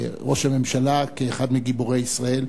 ראש הממשלה, כאחד מגיבורי ישראל,